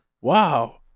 Wow